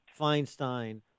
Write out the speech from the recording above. Feinstein